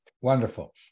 Wonderful